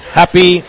happy